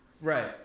right